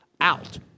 out